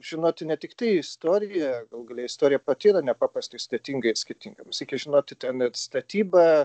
žinoti ne tiktai istoriją galų gale istorija pati yra nepaprastai sudėtingai ir skirtinga mums reikia žinoti ten ir statybą